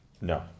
No